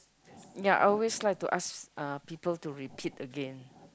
ya I always like to ask uh people to repeat again